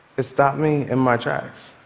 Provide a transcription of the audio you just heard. it stopped me in my tracks.